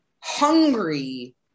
hungry